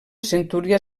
centúria